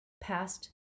past